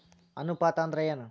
ಅನುಪಾತ ಅಂದ್ರ ಏನ್?